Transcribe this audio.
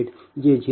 1806 j0